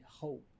hope